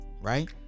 right